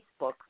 Facebook